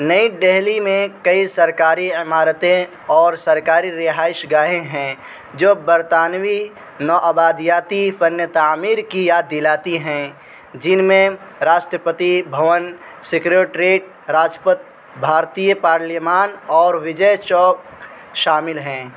نئی دلی میں کئی سرکاری عمارتیں اور سرکاری رہائش گاہیں ہیں جو برطانوی نوآبادیاتی فن تعمیر کی یاد دلاتی ہیں جن میں راشٹرپتی بھون سیکریٹریٹ راجپتھ بھارتیہ پارلیمان اور وجے چوک شامل ہیں